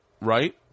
right